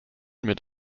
mit